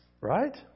Right